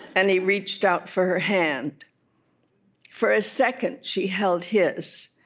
and he reached out for her hand for a second, she held his.